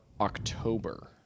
October